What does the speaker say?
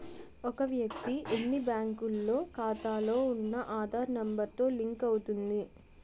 ఒక వ్యక్తి ఎన్ని బ్యాంకుల్లో ఖాతాలో ఉన్న ఆధార్ నెంబర్ తో లింక్ అవుతుంది